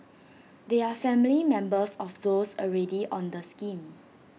they are family members of those already on the scheme